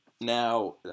now